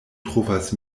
trovas